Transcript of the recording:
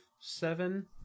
seven